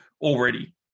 already